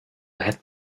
had